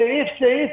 סעיף-סעיף.